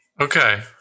Okay